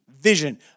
vision